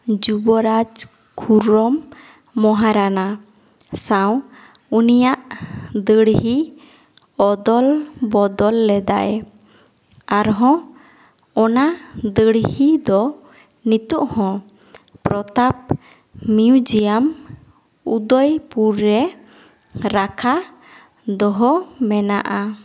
ᱡᱩᱵᱨᱟᱡᱽ ᱠᱷᱩᱨᱚᱢ ᱢᱚᱦᱟᱨᱟᱱᱟ ᱥᱟᱶ ᱩᱱᱤᱭᱟᱜ ᱫᱟᱹᱲᱦᱤ ᱚᱫᱚᱞ ᱵᱚᱫᱚᱞ ᱞᱮᱫᱟᱭ ᱟᱨ ᱦᱚᱸ ᱚᱱᱟ ᱫᱟᱹᱲᱦᱤ ᱫᱚ ᱱᱤᱛᱳᱜ ᱦᱚᱸ ᱯᱨᱚᱛᱟᱯ ᱢᱤᱭᱩᱡᱟᱢ ᱩᱫᱚᱭᱯᱩᱨ ᱨᱮ ᱨᱟᱠᱷᱟ ᱫᱚᱦᱚ ᱢᱮᱱᱟᱜᱼᱟ